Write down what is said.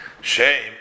Shame